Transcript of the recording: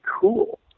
cool